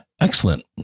Excellent